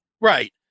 right